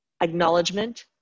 acknowledgement